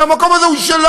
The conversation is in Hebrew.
הרי המקום הזה הוא שלנו.